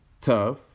tough